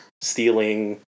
stealing